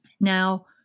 Now